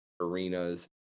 arenas